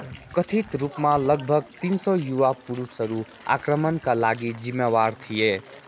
कथित रूपमा लगभग तिन सय युवा पुरुषहरू आक्रमणका लागि जिम्मेवार थिए